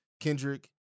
Kendrick